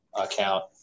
account